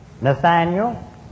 Nathaniel